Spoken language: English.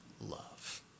love